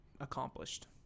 accomplished